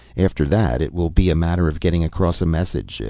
after that it will be a matter of getting across a message,